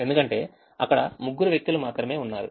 ఎందుకంటే అక్కడ 3 వ్యక్తులు మాత్రమే ఉన్నారు